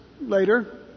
later